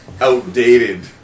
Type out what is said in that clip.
outdated